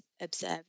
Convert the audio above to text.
observe